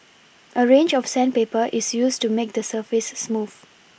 a range of sandpaper is used to make the surface smooth